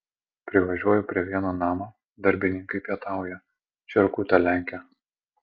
privažiuoju prie vieno namo darbininkai pietauja čierkutę lenkia